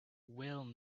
will